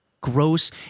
gross